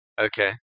Okay